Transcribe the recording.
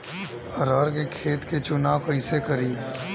अरहर के खेत के चुनाव कईसे करी?